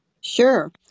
Sure